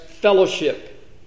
fellowship